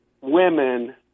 women